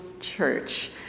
church